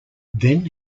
then